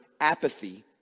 apathy